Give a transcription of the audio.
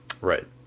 right